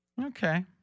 Okay